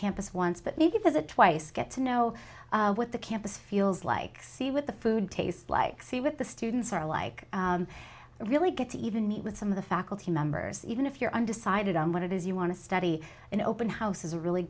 the twice get to know what the campus feels like see with the food taste like see what the students are like and really get to even meet with some of the faculty members even if you're undecided on what it is you want to study in open house is a really